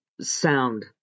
sound